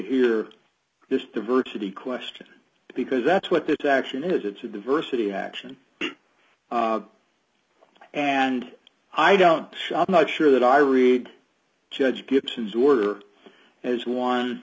hear this diversity question because that's what this action is it's a diversity action and i don't shop not sure that i read judge gibson's order as